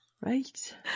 right